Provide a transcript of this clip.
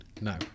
No